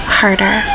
harder